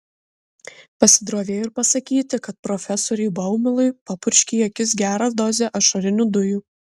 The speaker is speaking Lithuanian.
pasidrovėjo ir pasakyti kad profesoriui baumilui papurškė į akis gerą dozę ašarinių dujų